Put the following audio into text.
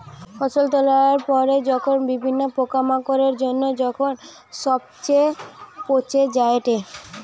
ফসল তোলার পরে যখন বিভিন্ন পোকামাকড়ের জন্য যখন সবচে পচে যায়েটে